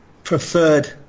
preferred